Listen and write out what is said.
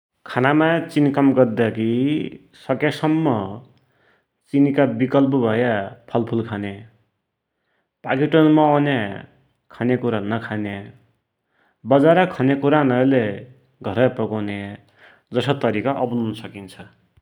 खानामाई चिनी कम गद्दाकी सक्यासम्म चिनीका विकल्प भया फलफुल खन्या । पाकेटमा औन्या खन्याकुरा नखन्या, बजारको खन्याकुरान है लै घरै पकुन्या जसा तरिका अपनुन सकिन्छ ।